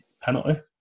Penalty